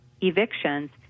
evictions